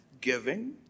giving